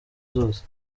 zose